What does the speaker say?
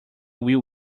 will